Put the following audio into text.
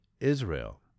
Israel